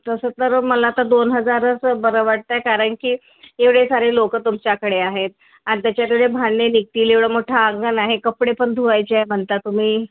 तसं तर मला तर दोन हजारच बरं वाटतं आहे कारण की एवढे सारे लोक तुमच्याकडे आहेत आणि त्याच्यात एवडे भांडे निघतील एवढं मोठं अंगण आहे कपडे पण धुवायचे आहे म्हणता तुम्ही